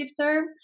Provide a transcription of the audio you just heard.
term